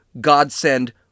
godsend